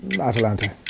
Atalanta